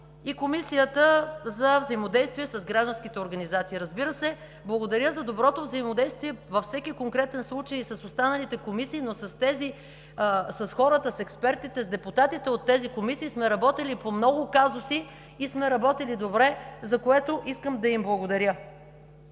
и Комисията за взаимодействие с гражданските организации. Благодаря за доброто взаимодействие във всеки конкретен случай и с останалите комисии, но с хората, с експертите, с депутатите от тези комисии, сме работили по много казуси и сме работили добре, за което искам да им благодаря.